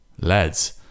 Lads